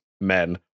Men